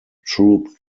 troop